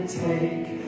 take